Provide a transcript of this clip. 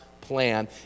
plan